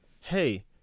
hey